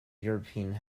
european